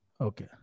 Okay